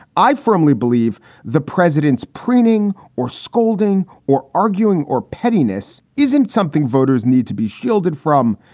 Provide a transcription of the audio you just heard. i firmly believe the president's preening or scolding or arguing or pettiness isn't something voters need to be shielded from.